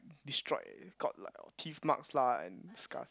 destroyed got like orh teeth marks lah and scar